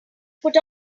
put